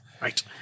right